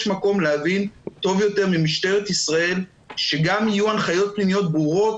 מקום להבין טוב יותר ממשטרת ישראל שגם אם יהיו הנחיות פנימיות ברורות,